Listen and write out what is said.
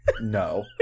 No